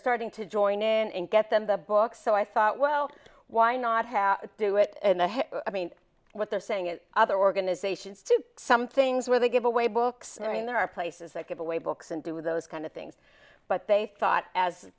starting to join in and get them the book so i thought well why not have it do it and i mean what they're saying is other organizations to do some things where they give away books i mean there are places that give away books and do those kind of things but they thought as